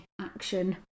action